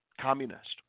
communist